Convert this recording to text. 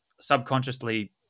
subconsciously